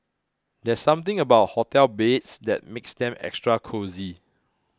there's something about hotel beds that makes them extra cosy